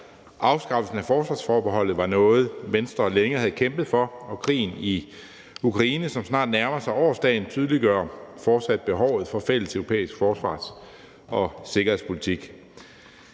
Afskaffelsen af forsvarsforbeholdet var noget, Venstre længe havde kæmpet for, og krigen i Ukraine, som snart nærmer sig årsdagen, tydeliggør fortsat behovet for fælles europæisk forsvars- og sikkerhedspolitik.